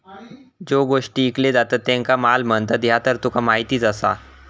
ज्यो गोष्टी ईकले जातत त्येंका माल म्हणतत, ह्या तर तुका माहीतच आसा